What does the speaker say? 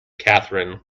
catherine